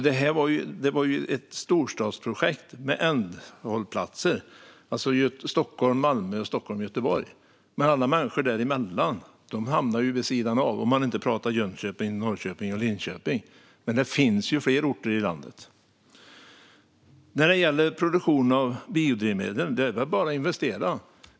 Det här var ett storstadsprojekt med ändhållplatser, alltså Stockholm-Malmö och Stockholm-Göteborg. Alla människor däremellan hamnar vid sidan av - om man inte pratar Jönköping, Norrköping och Linköping, men det finns ju fler orter i landet. När det gäller produktion av biodrivmedel är det bara att investera.